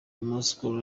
moscow